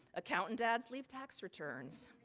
accountant, dads leave tax returns.